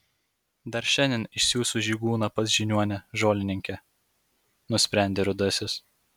dar šiandien išsiųsiu žygūną pas žiniuonę žolininkę nusprendė rudasis